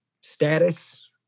status